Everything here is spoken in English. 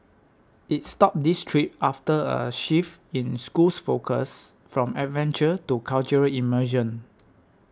it stopped these trips after a shift in school's focus from adventure to cultural immersion